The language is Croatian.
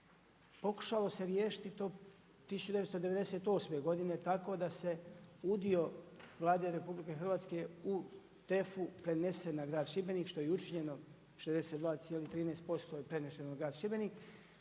Pokušalo se riješiti to 1998. godine tako da se udio Vlade RH u TEF-u prenese na grad Šibenik što je i učinjeno 62,13% je preneseno u grad Šibenik